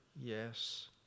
yes